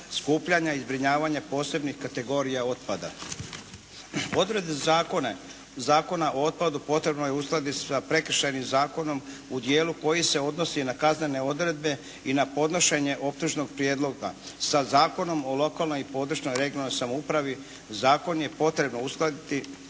skupljanje i zbrinjavanje posebnih kategorija otpada. Odredbe Zakona o otpadu potrebno je uskladiti sa Prekršajnim zakonom u dijelu koji se odnosi na kaznene odredbe i na podnošenje optužnog prijedloga sa Zakonom o lokalnoj i područnoj (regionalnoj) samoupravi zakon je potrebno uskladiti